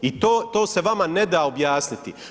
I to se vama ne da objasniti.